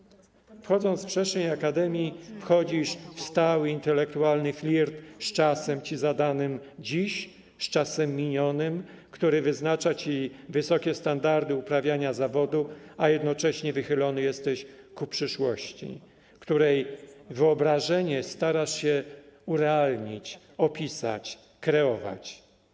Wchodząc w przestrzeń akademii, wchodzisz w stały intelektualny flirt z czasem ci zadanym dziś, z czasem minionym, który wyznacza ci wysokie standardy uprawiania zawodu, a jednocześnie wychylony jesteś ku przyszłości, której wyobrażenie starasz się urealnić, opisać, kreować.